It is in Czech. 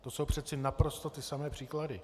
To jsou přece naprosto ty samé příklady.